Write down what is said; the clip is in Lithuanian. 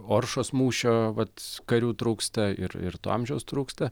oršos mūšio vat karių trūksta ir ir to amžiaus trūksta